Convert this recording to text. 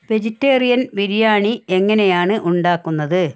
vegetarian biryani എങ്ങനെയാണ് ഉണ്ടാക്കുന്നത്